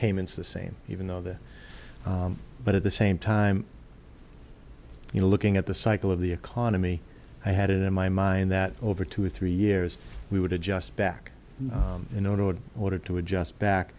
payments the same even though the but at the same time you know looking at the cycle of the economy i had it in my mind that over two or three years we would adjust back in order order to adjust back